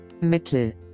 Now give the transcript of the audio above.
Mittel